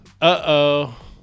Uh-oh